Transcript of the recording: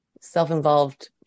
self-involved